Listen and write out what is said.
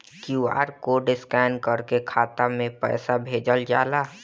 QR code scan करके खाता में पैसा भेजल जाला का?